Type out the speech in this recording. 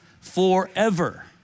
forever